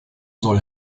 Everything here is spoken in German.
soll